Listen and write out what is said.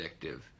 addictive